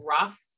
rough